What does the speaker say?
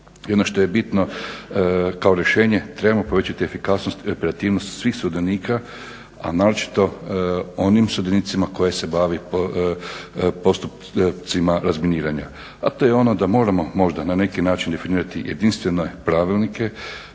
I ono što je bitno kao rješenje trebamo povećati efikasnost i operativnost svih sudionika, a naročito onim sudionicima koji se bavi postupcima razminiranja. A to je ono da moramo možda na neki način definirati jedinstvene pravilnike,